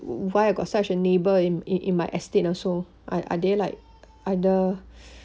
why I got such a neighbour in in in my estate also are they like other